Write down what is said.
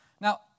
now